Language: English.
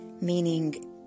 meaning